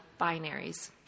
binaries